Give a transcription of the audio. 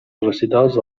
recitals